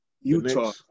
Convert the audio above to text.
Utah